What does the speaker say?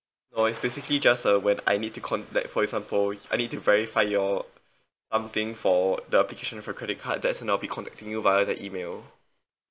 oh it's basically just uh when I need to con~ like for example I need to verify your something for the application for your credit card that's when I'll be contacting you via the email